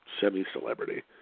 semi-celebrity